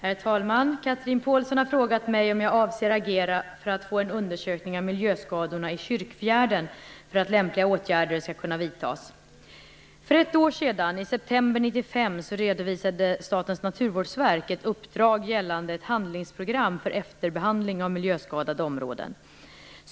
Herr talman! Chatrine Pålsson har frågat mig om jag avser att agera för att en undersökning av miljöskadorna i Kyrkfjärden skall komma till stånd, för att lämpliga åtgärder skall kunna vidtas. För ett år sedan, i september 1995, redovisade Statens naturvårdsverk ett uppdrag gällande ett handlingsprogram för efterbehandling av miljöskadade områden.